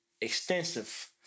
extensive